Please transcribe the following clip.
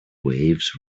waves